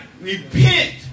repent